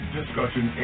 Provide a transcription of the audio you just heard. discussion